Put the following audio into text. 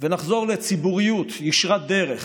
ונחזור לציבוריות ישרת דרך,